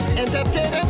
entertain